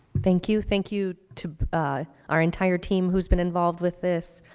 thank you. thank you to our entire team who has been involved with this,